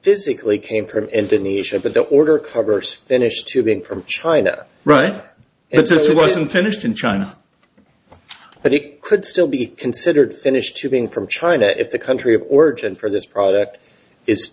physically came from indonesia but that order covers finished tubing from china right it's or wasn't finished in china but it could still be considered finished shipping from china if the country of origin for this product i